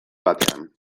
batean